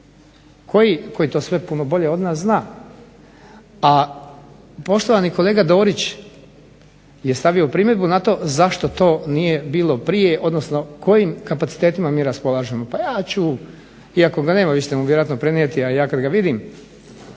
koji to sve puno bolje od nas zna. A poštovani kolega Dorić je stavio primjedbu na to zašto to nije bilo prije, odnosno kojim kapacitetima mi raspolažemo. Pa ja ću iako ga nema vi ćete mu vjerojatno prenijeti, a ja kad ga vidim,